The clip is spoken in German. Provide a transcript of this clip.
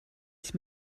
ich